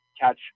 catch